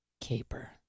Caper